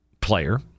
player